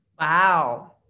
Wow